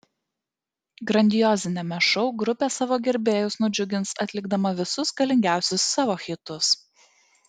grandioziniame šou grupė savo gerbėjus nudžiugins atlikdama visus galingiausius savo hitus